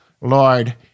Lord